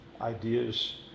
ideas